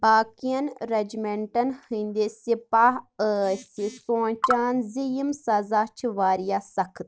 باقین رٮ۪جمٮ۪نٛٹن ہٕنٛدِ سِپاہ ٲسۍ یہِ سونٛچان زِ یِم سزا چھِ واریاہ سخت